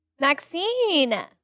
Maxine